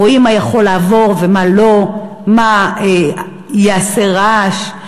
רואים מה יכול לעבור ומה לא, מה יעשה רעש.